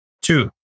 Two